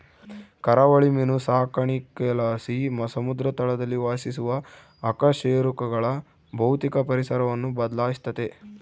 ಕರಾವಳಿ ಮೀನು ಸಾಕಾಣಿಕೆಲಾಸಿ ಸಮುದ್ರ ತಳದಲ್ಲಿ ವಾಸಿಸುವ ಅಕಶೇರುಕಗಳ ಭೌತಿಕ ಪರಿಸರವನ್ನು ಬದ್ಲಾಯಿಸ್ತತೆ